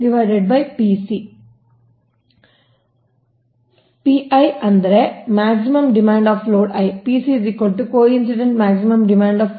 ಆದ್ದರಿಂದ ಇದು ಸಮೀಕರಣ 7